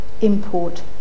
import